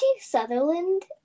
Sutherland